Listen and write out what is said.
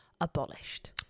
abolished